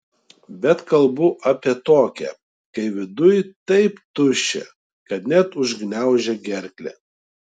bet kalbu apie tokią kai viduj taip tuščia kad net užgniaužia gerklę